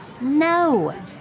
No